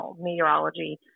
meteorology